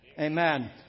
Amen